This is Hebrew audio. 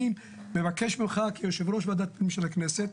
אני מבקש ממך כיושב ראש ועדת הפנים של הכנסת,